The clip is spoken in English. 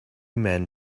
men